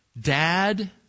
Dad